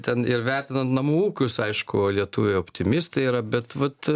ten ir vertinant namų ūkius aišku lietuviai optimistai yra bet vat